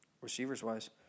receivers-wise